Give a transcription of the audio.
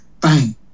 bang